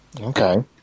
Okay